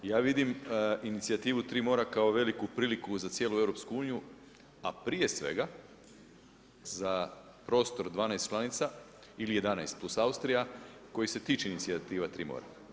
Ja vidim inicijativu tri mora kao veliku priliku za cijelu Europsku uniju, a prije svega za prostor 12 članica ili 11 plus Austrija koji se tiče inicijativa tri mora.